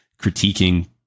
critiquing